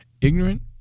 ignorant